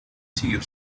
seguiu